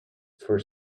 for